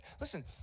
Listen